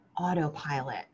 autopilot